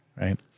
Right